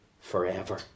forever